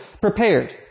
prepared